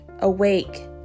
awake